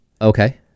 Okay